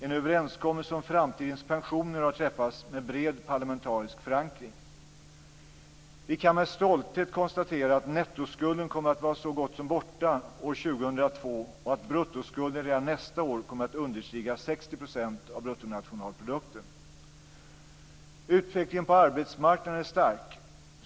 En överenskommelse om framtidens pensioner har träffats med bred parlamentarisk förankring. Vi kan med stolthet konstatera att nettoskulden kommer att vara så gott som borta år 2002 och att bruttoskulden redan nästa år kommer att understiga 60 % av bruttonationalprodukten. Utvecklingen på arbetsmarknaden är stark.